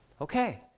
okay